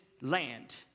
land